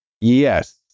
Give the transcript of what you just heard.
Yes